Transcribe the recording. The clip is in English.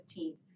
15th